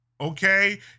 Okay